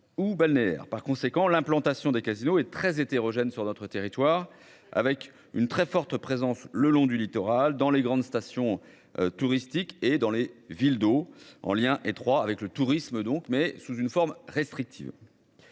ou balnéaire par conséquent l'implantation des casinos est très hétérogène sur notre territoire avec une très forte présence le long du littoral dans les grandes stations touristiques et dans les villes d'eau en lien étroit avec le tourisme, donc, mais sous une forme restrictive.